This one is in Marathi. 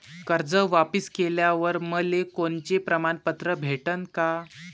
कर्ज वापिस केल्यावर मले कोनचे प्रमाणपत्र भेटन का?